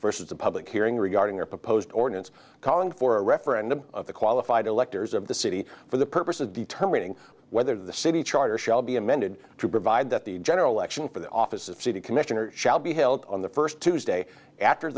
versus a public hearing regarding your proposed ordinance calling for a referendum of the qualified electors of the city for the purpose of determining whether the city charter shall be amended to provide that the general election for the office of city commissioners shall be held on the first tuesday after